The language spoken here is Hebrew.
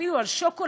אפילו על שוקולד,